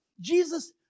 Jesus